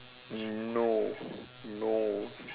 no no